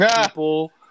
people